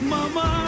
Mama